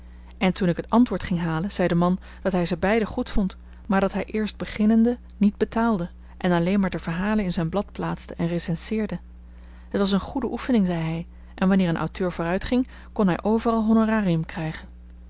en toen ik het antwoord ging halen zei de man dat hij ze beide goed vond maar dat hij eerst beginnenden niet betaalde en alleen maar de verhalen in zijn blad plaatste en recenseerde het was eene goede oefening zei hij en wanneer een auteur vooruitging kon hij overal honorarium krijgen